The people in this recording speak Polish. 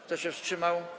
Kto się wstrzymał?